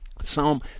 Psalm